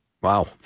Wow